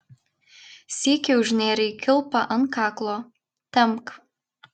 sykį užnėrei kilpą ant kaklo tempk